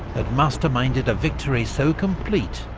had masterminded a victory so complete,